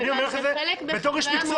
אני אומר לך את זה כאיש מקצוע.